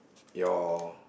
your